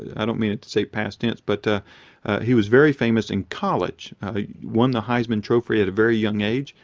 i don't mean it to say past tense. but he was very famous in college. he won the heisman trophy at a very young age.